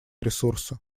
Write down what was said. ресурсы